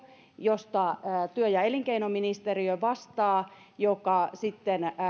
josta työ ja elinkeinoministeriö vastaa on se taho joka sitten